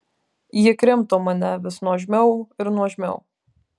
ji krimto mane vis nuožmiau ir nuožmiau